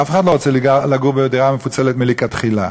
אף אחד לא רוצה לגור בדירה מפוצלת מלכתחילה.